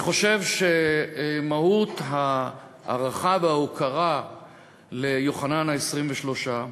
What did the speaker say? אני חושב שמהות ההערכה וההוקרה ליוחנן ה-23,